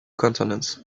consonants